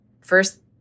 First